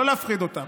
לא להפחיד אותם,